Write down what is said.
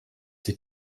die